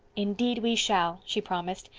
indeed we shall, she promised.